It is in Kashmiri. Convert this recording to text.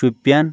شُپیَن